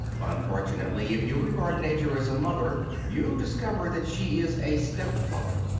unfortunately, if you regard nature as a mother, you discover that she is a step-mother.